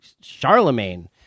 Charlemagne